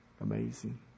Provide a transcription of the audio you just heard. Amazing